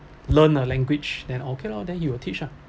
learn a language then okay lor then he will teach ah